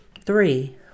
Three